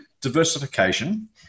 diversification